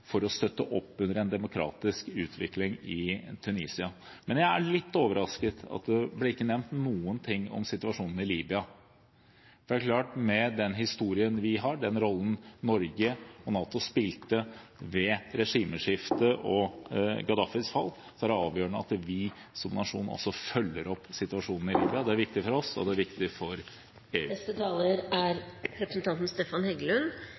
å støtte opp om demokratisk utvikling i Tunisia. Men jeg er litt overrasket over at det ikke ble nevnt noe om situasjonen i Libya. Det er klart at med vår historie, den rollen Norge og NATO spilte ved regimeskiftet og Gaddafis fall, er det avgjørende at vi som nasjon følger opp situasjonen i Libya. Det er viktig for oss, og det er viktig for EU.